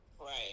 right